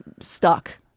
stuck